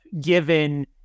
given